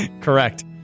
Correct